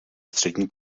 střední